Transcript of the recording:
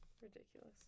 Ridiculous